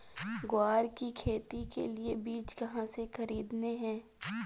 ग्वार की खेती के लिए बीज कहाँ से खरीदने हैं?